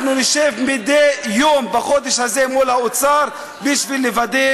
אנחנו נשב מדי יום בחודש הזה מול האוצר בשביל לוודא